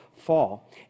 fall